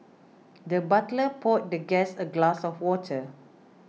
the butler poured the guest a glass of water